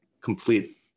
complete